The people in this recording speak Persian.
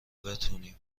بتونیم